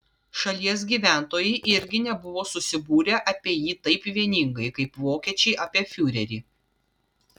šalies gyventojai irgi nebuvo susibūrę apie jį taip vieningai kaip vokiečiai apie fiurerį